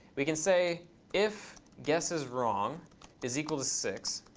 we can say if guesseswrong is equal to six,